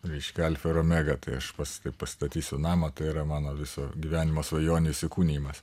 reiškia alfa ir omega tai aš pats kai pastatysiu namą tai yra mano viso gyvenimo svajonių įsikūnijimas